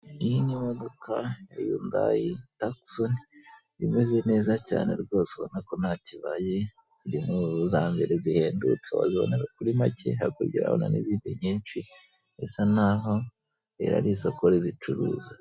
Iyi ni imodoka ya Yundayi takisoni imeze neza cyane rwose ubona ko ntacyo ibaye, iri muzambere zihendutse hakurya urahabona n'izindi nyinshi bisa n'aho iri ari isoko rizicuruza.